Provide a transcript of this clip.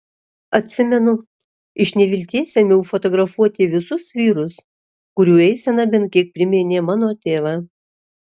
atsimenu iš nevilties ėmiau fotografuoti visus vyrus kurių eisena bent kiek priminė mano tėvą